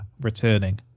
returning